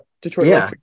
Detroit